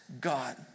God